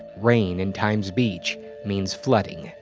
rain in times beach means flooding,